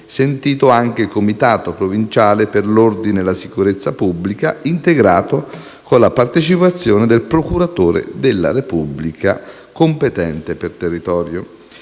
sentito anche il Comitato provinciale per l'ordine e la sicurezza pubblica, integrato con la partecipazione del procuratore della Repubblica competente per territorio.